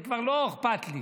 זה כבר לא אכפת לי,